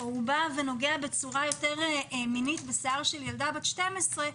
או נוגע בצורה יותר מינית בשיער של ילדה בת 12,